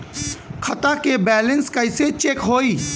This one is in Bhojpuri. खता के बैलेंस कइसे चेक होई?